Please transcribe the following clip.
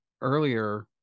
earlier